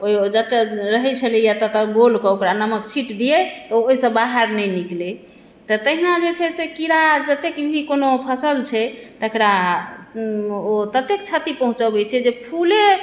ओहि जतय रहैत छलैए ततय गोलके ओकरा नमक छीट दियै तऽ ओहिसँ बाहर नहि निकलै तऽ तहिना जे छै से कीड़ा जतेक भी कोनो फसल छै तकरा ओ ततेक क्षति पहुँचबैत छै जे फूले